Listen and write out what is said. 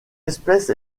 espèce